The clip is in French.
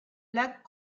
lac